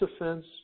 offense